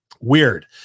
Weird